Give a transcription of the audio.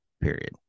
Period